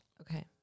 Okay